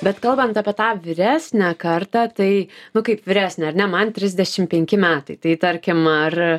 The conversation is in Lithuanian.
bet kalbant apie tą vyresnę kartą tai nu kaip vyresnė ar ne man trisdešim penki metai tai tarkim ar